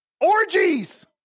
Orgies